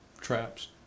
traps